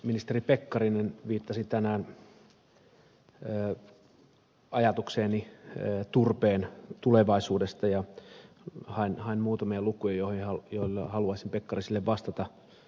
ministeri pekkarinen viittasi tänään ajatukseeni turpeen tulevaisuudesta ja hain muutamia lukuja joilla haluaisin pekkariselle vastata